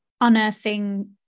unearthing